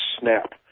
snap